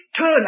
turn